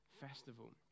festival